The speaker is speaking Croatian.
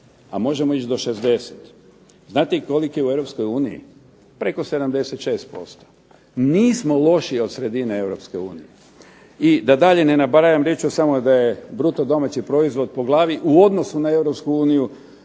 A možemo ići do 60. Znate li koliki je u EU? Preko 76%. Nismo lošiji od sredine EU. I da dalje ne nabrajam reći ću samo da je BDP po glavi u odnosu na EU